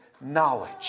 knowledge